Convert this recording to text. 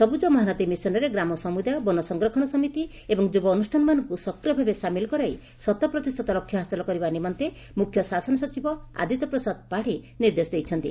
ସବୁଜ ମହାନଦୀ ମିଶନରେ ଗ୍ରାମ ସମୁଦାୟ ବନସଂରକ୍ଷଣ ସମିତି ଏବଂ ଯୁବ ଅନୁଷ୍ଠାନ ମାନଙ୍କୁ ସକ୍ରିୟଭାବେ ସାମିଲ କରାଇ ଶତପ୍ରତିଶତ ଲକ୍ଷ୍ୟ ହାସଲ କରିବା ନିମନ୍ତେ ମୁଖ୍ୟ ଶାସନ ସଚିବ ଆଦିତ୍ୟ ପ୍ରସାଦ ପାତ୍ତୀ ନିର୍ଦ୍ଦେଶ ଦେଇଛନ୍ତି